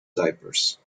diapers